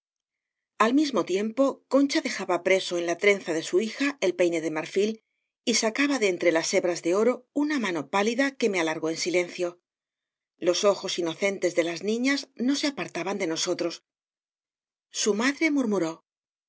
al mismo tiempo concha dejaba preso en la trenza de su hija el peine de marfil y sa caba de entre las hebras de oro una mano pálida que me alargó en silencio los ojos inocentes de las niñas no se apartaban de nosotros su madre murmuró